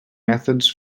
methods